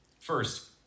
First